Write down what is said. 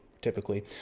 typically